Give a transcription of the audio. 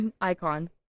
Icon